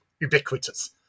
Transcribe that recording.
ubiquitous